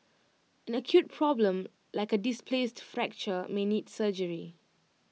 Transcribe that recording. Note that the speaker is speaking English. an acute problem like A displaced fracture may need surgery